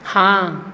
हँ